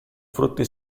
frutti